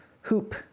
hoop